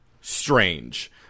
strange